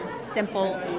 simple